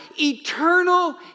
eternal